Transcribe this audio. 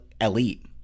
elite